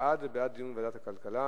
בעד זה בעד דיון בוועדת הכלכלה.